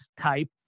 type